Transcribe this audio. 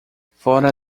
fora